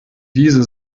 diese